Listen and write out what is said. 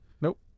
Nope